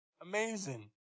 amazing